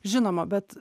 žinoma bet